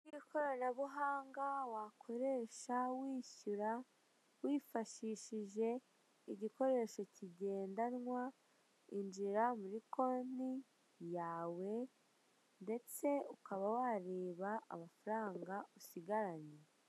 Ikoranabuhanga wakoresha wishyura wifashishije igikoresho kigendanwa injira muri konti yawe ndetse ukaba wareba amafaranga usigaranye.